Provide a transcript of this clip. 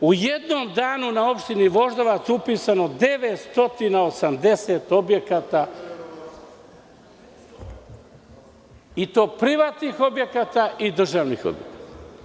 U jednom danu na opštini Voždovac upisano je 980 objekata i to privatnih i državnih objekata.